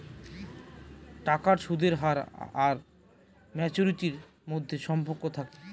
টাকার সুদের হার আর ম্যাচুরিটির মধ্যে সম্পর্ক থাকে